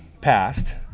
passed